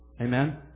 Amen